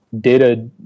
data